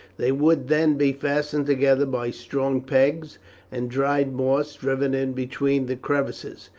they would then be fastened together by strong pegs and dried moss driven in between the crevices.